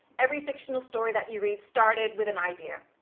every fictional story that you read started with an idea.